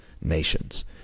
nations